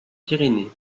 pyrénées